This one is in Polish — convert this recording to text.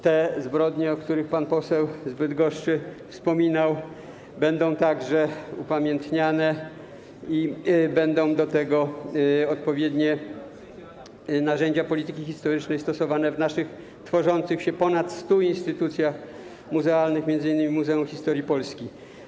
Te zbrodnie, o których wspominał pan poseł z Bydgoszczy, będą także upamiętniane i będą do tego odpowiednie narzędzia polityki historycznej stosowane w naszych tworzących się ponad 100 instytucjach muzealnych, m.in. w Muzeum Historii Polski.